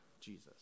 Jesus